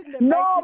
No